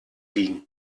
liegen